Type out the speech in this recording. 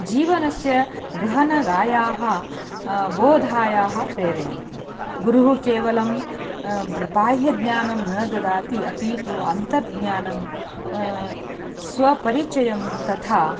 जीवनस्य गहनगायाः बोधायाः प्रेरयन्ति गुरुः केवलं बाह्यज्ञानं न ददाति अपि तु अन्तर्ज्ञानं स्वपरिचयं तथा